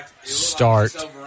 Start